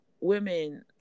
women